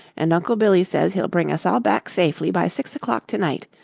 and uncle billy says he'll bring us all back safely by six o'clock to-night.